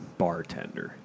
bartender